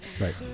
Right